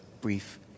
brief